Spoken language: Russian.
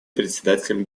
председателем